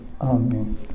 Amen